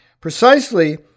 precisely